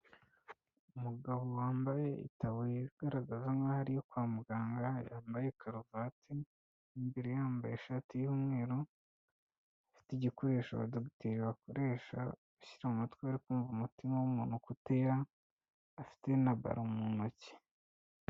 Umugabo wambaye itaburiya igaragaza nkaho ari iyo kwa muganga, yambaye karuvati, imbere yambaye ishati y'umweru, afite igikoresho abadogiteri bakoresha, bashyira mu mutwe bakumva umutima w'umuntu uko utera, afite na baro mu ntoki.